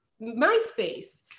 MySpace